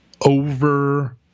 over